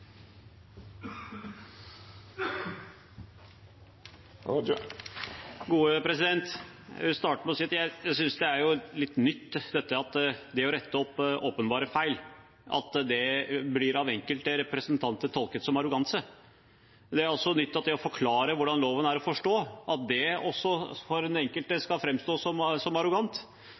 er noe litt nytt at det å rette opp åpenbare feil blir tolket av enkelte representanter som arroganse. Det er også nytt at det å forklare hvordan loven er å forstå, for enkelte skal framstå som arrogant. Og at rett og slett det å fortelle hva nyhetene i loven er, av enkelte tolkes som arrogant,